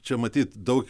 čia matyt daug